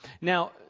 now